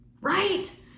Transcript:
Right